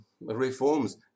reforms